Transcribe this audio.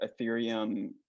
Ethereum